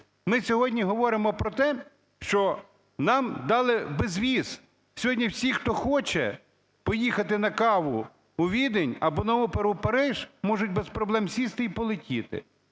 Ми сьогодні говоримо про те що нам далибезвіз, сьогодні всі, хто хоче поїхати на каву у Відень або на оперу в Париж, можуть без проблем сісти і полетіти.